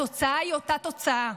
התוצאה היא אותה תוצאה: